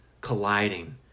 colliding